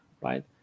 right